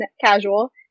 Casual